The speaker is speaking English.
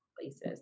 places